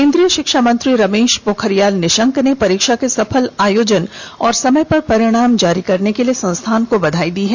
केन्द्रीय शिक्षा मंत्री रमेश पोखरियाल निशंक ने परीक्षा के सफल आयोजन और समय पर परिणाम की घोषणा के लिए संस्थान को बधाई दी है